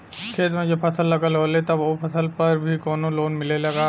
खेत में जब फसल लगल होले तब ओ फसल पर भी कौनो लोन मिलेला का?